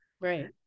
Right